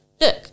look